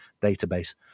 database